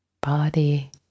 body